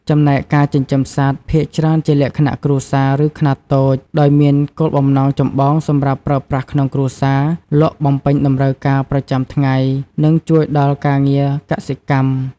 ចំណែកការចិញ្ចឹមសត្វ ភាគច្រើនជាលក្ខណៈ គ្រួសារ ឬ ខ្នាតតូច ដោយមានគោលបំណងចម្បងសម្រាប់ប្រើប្រាស់ក្នុងគ្រួសារ លក់បំពេញតម្រូវការប្រចាំថ្ងៃ និងជួយដល់ការងារកសិកម្ម។